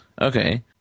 okay